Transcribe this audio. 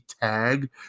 tag